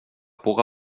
puga